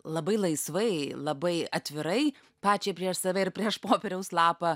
labai laisvai labai atvirai pačiai prieš save ir prieš popieriaus lapą